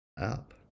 up